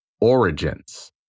origins